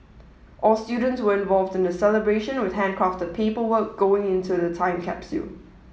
all students were involved in the celebration with handcrafted paperwork going into the time capsule